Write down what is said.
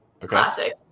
Classic